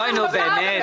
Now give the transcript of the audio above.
נו, באמת.